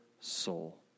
soul